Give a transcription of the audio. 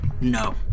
No